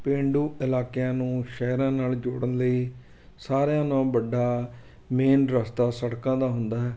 ਪੇਂਡੂ ਇਲਾਕਿਆਂ ਨੂੰ ਸ਼ਹਿਰਾਂ ਨਾਲ ਜੋੜਨ ਲਈ ਸਾਰਿਆਂ ਨਾਲੋਂ ਵੱਡਾ ਮੇਨ ਰਸਤਾ ਸੜਕਾਂ ਦਾ ਹੁੰਦਾ ਹੈ